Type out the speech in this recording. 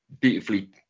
beautifully